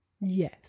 Yes